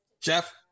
Jeff